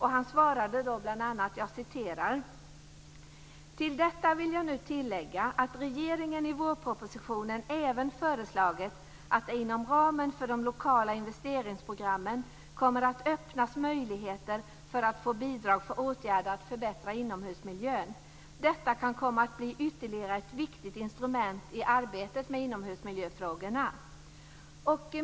Han svarade då bl.a. följande: "Till detta vill jag nu tillägga att regeringen i vårpropositionen även föreslagit att det inom ramen för de lokala investeringsprogrammen kommer att öppnas möjligheter för att få bidrag för åtgärder för att förbättra inomhusmiljön. Detta kan komma att bli ytterligare ett viktigt instrument i arbetet med inomhusmiljöfrågorna".